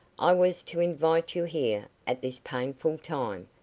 i was to invite you here at this painful time,